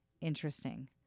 interesting